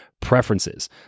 preferences